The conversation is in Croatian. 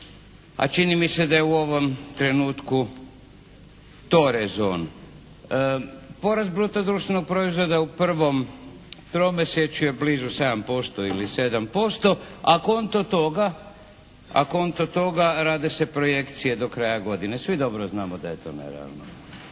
a čini mi se da je u ovom trenutku to rezon. Porast bruto društvenog proizvoda u prvom tromjesječju je blizu 7% ili 7%, a konto toga rade se projekcije do kraja godine. Svi dobro znamo da je to nerealno.